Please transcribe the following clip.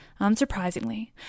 unsurprisingly